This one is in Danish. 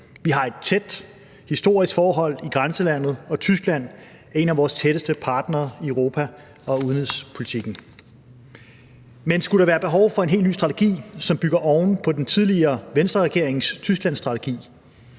Vi har et tæt historisk forhold i grænselandet, og Tyskland er en af vores tætteste partnere i europa- og udenrigspolitikken. Men skulle der være behov for en helt ny strategi, som bygger oven på den tidligere Venstreregerings Tysklandsstrategi?